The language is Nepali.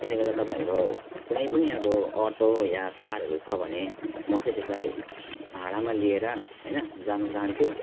त्यसले गर्दा तपाईँहरूको कुनै पनि अब अटो या कारहरू छ भने म चाहिँ त्यसलाई भाडामा लिएर होइन जान चाहन्छु